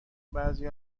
بعضی